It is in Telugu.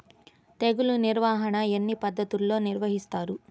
తెగులు నిర్వాహణ ఎన్ని పద్ధతుల్లో నిర్వహిస్తారు?